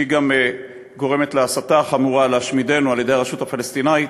שהיא גם גורמת להסתה חמורה להשמידנו על-ידי הרשות הפלסטינית.